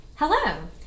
Hello